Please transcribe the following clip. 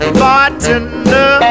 bartender